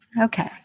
Okay